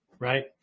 Right